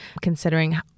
considering